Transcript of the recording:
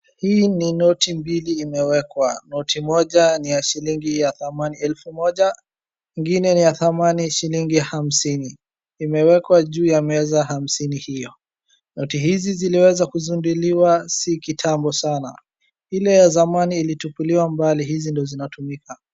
Hii ni noti mbili imewekwa. Noti moja ni shilingi ya thamani elfu moja, ingine ni ya thamani shilingi ya hamsini, imewekwa juu ya meza hamsini hiyo. Noti hizi ziliweza kuzinduliwa si kitambo sana, ile ya zamani ilitupiliwa mbali, hizi ndio zinatumika.